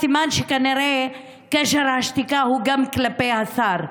סימן שכנראה קשר השתיקה הוא גם כלפי השר.